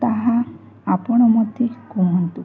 ତାହା ଆପଣ ମୋତେ କୁହନ୍ତୁ